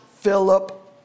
Philip